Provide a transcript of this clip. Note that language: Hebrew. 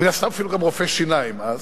מן הסתם אפילו גם רופא שיניים אז,